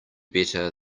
better